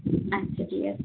আচ্ছা ঠিক আছে